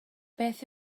beth